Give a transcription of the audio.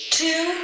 two